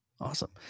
Awesome